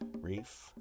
Reef